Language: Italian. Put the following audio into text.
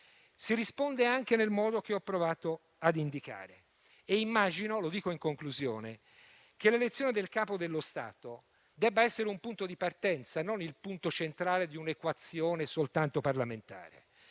Si risponde anche nel modo che ho provato ad indicare. Immagino che l'elezione del Capo dello Stato debba essere un punto di partenza e non il punto centrale di un'equazione soltanto parlamentare.